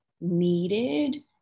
needed